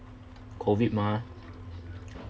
COVID mah